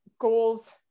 goals